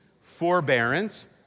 forbearance